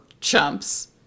chumps